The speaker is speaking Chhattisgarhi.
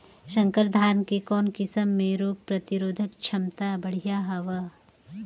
संकर धान के कौन किसम मे रोग प्रतिरोधक क्षमता बढ़िया हवे?